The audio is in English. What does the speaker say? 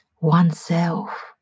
oneself